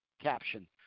caption